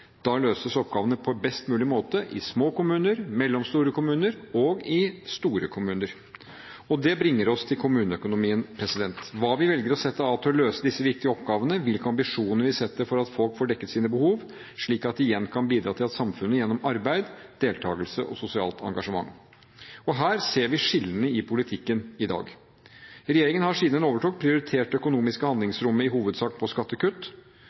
Da løses oppgavene på best mulig måte – i små kommuner, i mellomstore kommuner og i store kommuner. Det bringer oss til kommuneøkonomien: Hva vi velger å sette av for å løse disse viktige oppgavene, hvilke ambisjoner vi setter oss for at folk skal få dekket sine behov, slik at de igjen kan bidra til samfunnet gjennom arbeid, deltagelse og sosialt engasjement. Og her ser vi skillene i politikken i dag. Regjeringen har siden den overtok prioritert å bruke det økonomiske handlingsrommet i hovedsak på skattekutt.